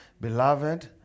Beloved